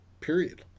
period